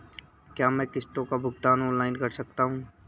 क्या मैं किश्तों का भुगतान ऑनलाइन कर सकता हूँ?